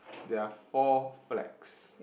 there are four flags